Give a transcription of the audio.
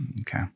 Okay